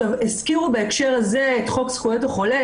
הזכירו בהקשר הזה את חוק זכויות החולה,